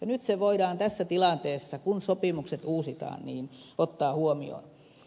nyt se voidaan tässä tilanteessa kun sopimukset uusitaan ottaa huomioon